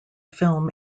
film